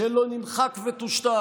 נמחק וטושטש,